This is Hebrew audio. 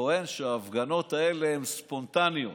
טוען בטלוויזיה שההפגנות האלה הן ספונטניות.